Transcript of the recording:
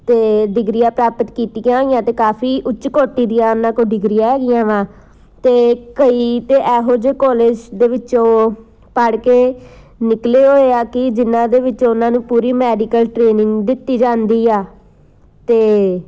ਅਤੇ ਡਿਗਰੀਆਂ ਪ੍ਰਾਪਤ ਕੀਤੀਆਂ ਹੋਈਆਂ ਅਤੇ ਕਾਫੀ ਉੱਚ ਕੋਟੀ ਦੀਆਂ ਉਹਨਾਂ ਕੋਲ ਡਿਗਰੀਆਂ ਹੈਗੀਆਂ ਵਾ ਅਤੇ ਕਈ ਤਾਂ ਇਹੋ ਜਿਹੇ ਕੋਲਜ ਦੇ ਵਿੱਚੋਂ ਪੜ੍ਹ ਕੇ ਨਿਕਲੇ ਹੋਏ ਆ ਕਿ ਜਿੰਨ੍ਹਾਂ ਦੇ ਵਿੱਚ ਉਹਨਾਂ ਨੂੰ ਪੂਰੀ ਮੈਡੀਕਲ ਟ੍ਰੇਨਿੰਗ ਦਿੱਤੀ ਜਾਂਦੀ ਆ ਅਤੇ